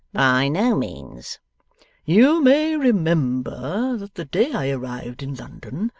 by no means you may remember that the day i arrived in london,